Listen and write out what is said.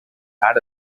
had